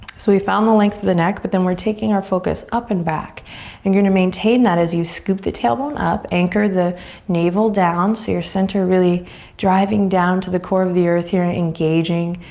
so we found the length of the neck, but then we're taking our focus up and back and you're gonna maintain that as you scoop the tailbone up, anchor the navel down so your center really driving down to the core of the earth, here engaging,